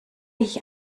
ich